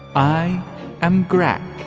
i am greg